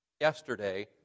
yesterday